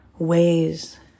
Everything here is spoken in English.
ways